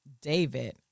David